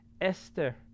Esther